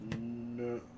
No